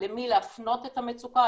למי להפנות את המצוקה,